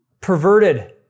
perverted